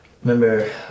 Remember